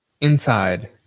Inside